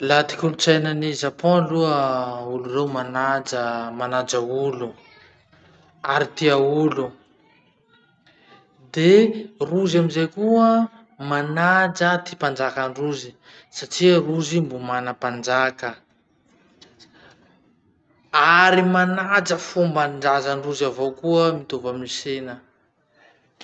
Laha ty kolotsainan'ny japon aloha, olo reo manaja manaja olo, ary tia olo. De rozy amizay koa manaja ty mpajakandrozy satria rozy mbo mana mpanjaka. Ary manaja fombandrazandrozy avao koa mitovy amy sina.